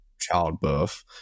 childbirth